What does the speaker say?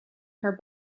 her